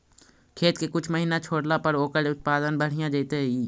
खेत के कुछ महिना छोड़ला पर ओकर उत्पादन बढ़िया जैतइ?